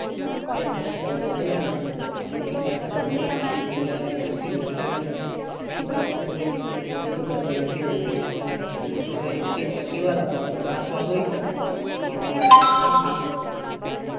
फ्ही असैं दुध्द लैना कोई किल्लो हारा दुध्द लैना फ्ही सियां लैनियां सियां बनानियां असैं सियां बनानियां दुध्दे च दुध्द गड़काना फ्ही असैं सियां पानियां ओह्दे थोह्ड़ा इक चिमचा घ्योए दा पाओ ते बड़ा सोआद होइंदा फ्ही अस सियां बनांदे हे